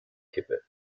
kippe